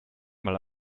mal